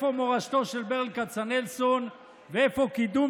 איפה מורשתו של ברל כצנלסון ואיפה קידום